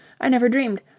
i never dreamed.